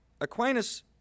Aquinas